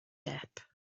depp